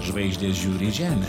žvaigždės žiūri į žemę